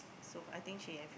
so I think she have